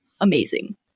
amazing